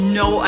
no